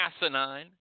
asinine